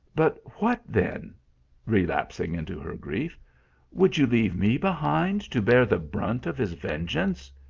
but what then relapsing into her grief would you leave me be hind to bear the brunt of his vengeance?